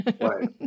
Right